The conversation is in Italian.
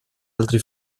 altri